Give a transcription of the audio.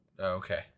Okay